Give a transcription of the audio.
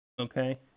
Okay